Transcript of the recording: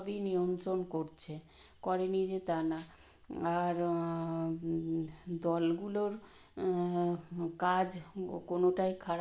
দশ দিন ধরে উদযাপিত হয় পঞ্চমী ষষ্ঠী সপ্তমী অষ্টমী নবমী দশমী এরকম পাঁচ দশ দিন ধরে উদযাপিত হয়